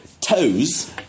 toes